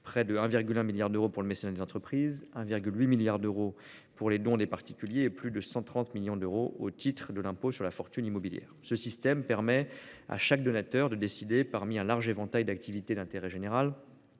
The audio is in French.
près de 1,1 milliard d'euros pour le mécénat des entreprises, 1,8 milliard d'euros pour les dons des particuliers et plus de 130 millions d'euros au titre de l'impôt sur la fortune immobilière. Ce système permet à chaque donateur de choisir, parmi un large éventail d'activités d'intérêt général,